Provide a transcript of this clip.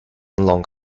long